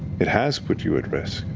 it has put you at risk,